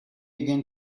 again